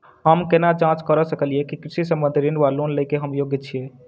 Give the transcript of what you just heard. हम केना जाँच करऽ सकलिये की कृषि संबंधी ऋण वा लोन लय केँ हम योग्य छीयै?